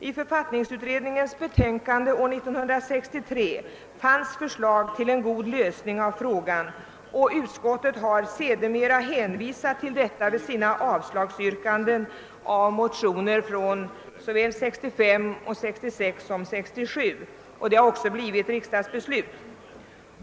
I författningsutredningens betänkande år 1963 fanns ' förslag till en god lösning av frågan, och utskottet har sedermera hänvisat till detta vid avstyrkandet äv motioner från såväl 1965, 1966 som 1967. Detta har också blivit riksdagens beslut.